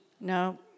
No